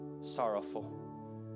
sorrowful